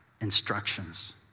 instructions